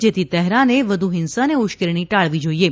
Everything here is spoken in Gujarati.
જેથી તહેરાને વધુ હિંસા અને ઉશ્કેરણી ટાળવી જોઇએ